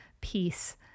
peace